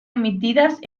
emitidas